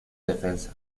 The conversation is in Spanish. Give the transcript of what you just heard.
defensa